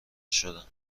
شدند